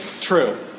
true